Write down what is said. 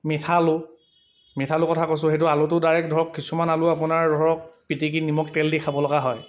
মিঠা আলু মিঠা আলু কথা কৈছোঁ সেইটো আলুটো ডাইৰেক্ট ধৰক কিছুমান আলু আপোনাৰ ধৰক পিটিকি নিমখ তেল দি খাব লগা হয়